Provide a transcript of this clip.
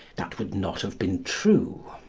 that would not have been true.